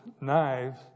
knives